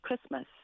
Christmas